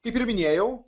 kaip ir minėjau